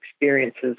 experiences